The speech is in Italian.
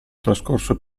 trascorso